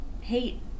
hate